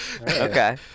Okay